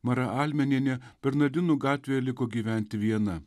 mara almenienė bernardinų gatvėje liko gyventi viena